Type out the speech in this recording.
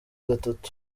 gatatu